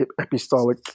epistolic